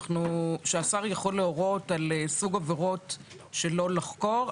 שהשר יכול להורות על סוג עבירות שלא לחקור,